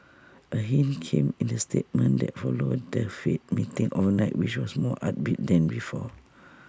A hint came in the statement that followed the fed meeting overnight which was more upbeat than before